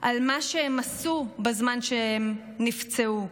על מה שהם עשו בזמן שהם נפצעו.